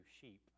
sheep